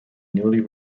newly